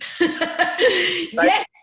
Yes